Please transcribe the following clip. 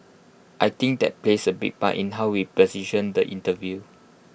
I think that plays A big part in how we position the interview